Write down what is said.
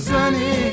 Sunny